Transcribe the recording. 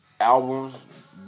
albums